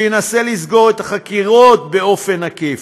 שינסה לסגור את החקירות באופן עקיף,